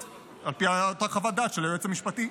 על פי אותה חוות הדעת של היועץ המשפטי,